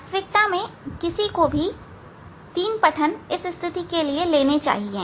वास्तविकता में किसी को भी तीन पठन इस स्थिति के लिए लेने चाहिए